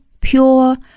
pure